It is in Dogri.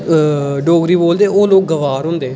अ डोगरी बोलदे ओह् लोक गवार होंदे